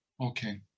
okay